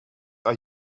are